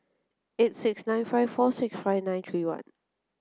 eight six nine five four six five nine three one